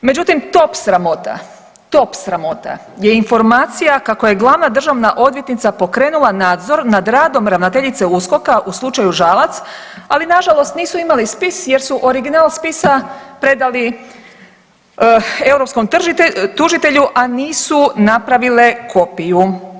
Međutim top sramota, top sramota je informacija kako je glavna državna odvjetnica pokrenula nadzor nad radom ravnateljice USKOK-a u slučaju Žalac, ali nažalost nisu imali spis jer su original spisa predali europskom tužitelju, a nisu napravile kopiju.